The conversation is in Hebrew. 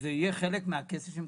שזה יהיה חלק מהכסף שמקבלים.